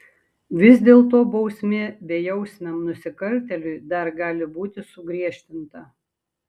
vis dėlto bausmė bejausmiam nusikaltėliui dar gali būti sugriežtinta